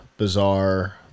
bizarre